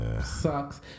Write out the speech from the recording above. sucks